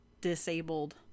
disabled